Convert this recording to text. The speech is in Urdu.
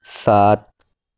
سات